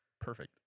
perfect